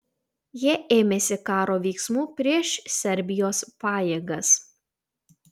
jie ėmėsi karo veiksmų prieš serbijos pajėgas